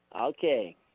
Okay